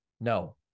No